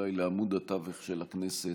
אולי לעמוד התווך של הכנסת,